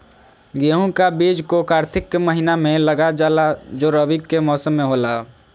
गेहूं का बीज को कार्तिक के महीना में लगा जाला जो रवि के मौसम में होला